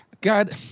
God